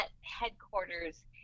headquarters